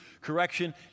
correction